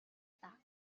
даа